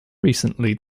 recently